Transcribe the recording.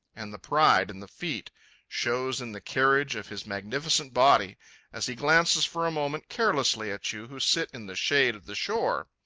and the pride in the feat shows in the carriage of his magnificent body as he glances for a moment carelessly at you who sit in the shade of the shore.